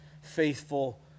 faithful